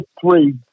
three